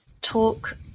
talk